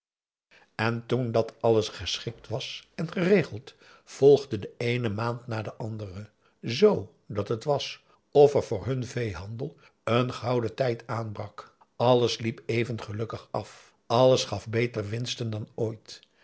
en toen dat alles geschikt was en geregeld volgde de eene maand na de andere z dat het was of er voor hun veehandel een gouden tijd aanbrak alles liep even gelukkig af alles gaf beter winsten dan ooit